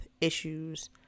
issues